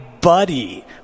buddy